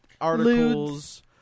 articles